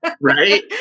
right